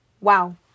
wow